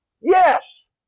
Yes